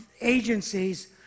agencies